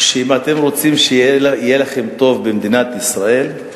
שאם אתם רוצים שיהיה לכם טוב במדינת ישראל,